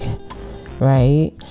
right